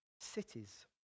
cities